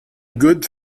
good